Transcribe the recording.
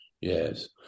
Yes